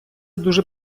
дуже